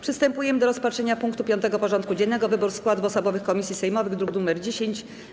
Przystępujemy do rozpatrzenia punktu 5. porządku dziennego: Wybór składów osobowych komisji sejmowych (druk nr 10)